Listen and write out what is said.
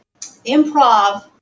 improv